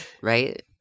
right